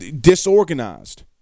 Disorganized